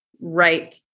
right